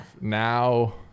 now